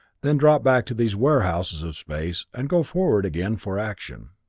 then drop back to these warehouses of space, and go forward again for action.